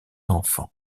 enfant